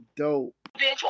dope